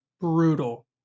Brutal